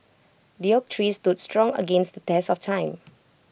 the oak tree stood strong against the test of time